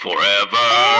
Forever